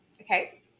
okay